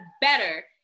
better